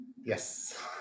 Yes